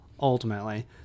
ultimately